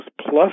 plus